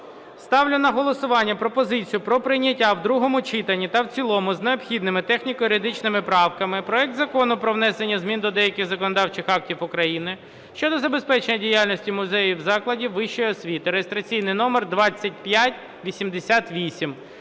Ставлю на голосування пропозицію про прийняття в другому читанні та в цілому з необхідними техніко-юридичними правками проект Закону про внесення змін до деяких законодавчих актів України щодо забезпечення діяльності музеїв закладів вищої освіти (реєстраційний номер 2588).